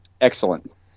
Excellent